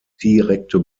direkte